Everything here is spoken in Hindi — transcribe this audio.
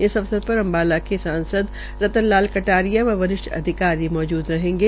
इस अवसर पर अम्बाला के सांसद रतन लाल कटारिया व वरिष्ठ अधिकारी मौजूद रहेंगे